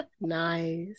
Nice